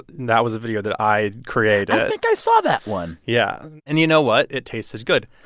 that was a video that i created i think i saw that one yeah. and you know what? it tasted good.